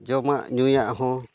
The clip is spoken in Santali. ᱡᱚᱢᱟᱜ ᱧᱩᱣᱟᱜ ᱦᱚᱸ